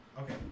Okay